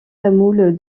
tamoul